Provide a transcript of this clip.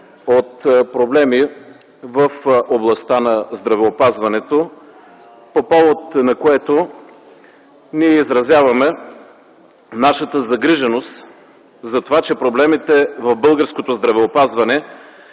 от проблеми в областта на здравеопазването, по повод на което ние изразяваме нашата загриженост за това, че проблемите в българското здравеопазване